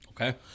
Okay